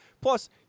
plus